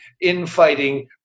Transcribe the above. infighting